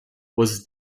was